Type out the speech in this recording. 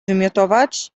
wymiotować